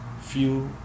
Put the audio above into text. feel